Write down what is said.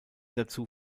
dazu